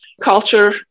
culture